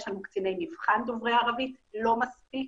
יש לנו קציני מבחן דוברי ערבית, לא מספיק.